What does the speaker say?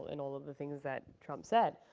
and all of the things that trump said.